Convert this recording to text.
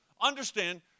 Understand